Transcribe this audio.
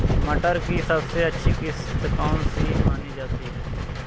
मटर की सबसे अच्छी किश्त कौन सी मानी जाती है?